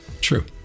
True